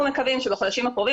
אנחנו מקווים שבחודשים הקרובים.